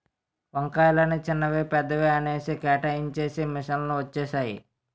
వంకాయలని చిన్నవి పెద్దవి అనేసి కేటాయించేసి మిషన్ లు వచ్చేసాయి